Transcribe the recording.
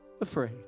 afraid